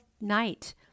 night